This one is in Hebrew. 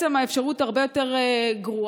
וזו אפשרות הרבה יותר גרועה,